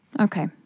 Okay